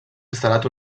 instal·lat